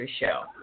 show